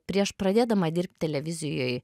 prieš pradėdama dirbt televizijoj